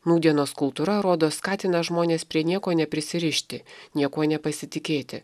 nūdienos kultūra rodo skatina žmones prie nieko neprisirišti niekuo nepasitikėti